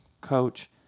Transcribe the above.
coach